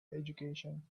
education